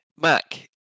Mac